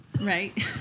Right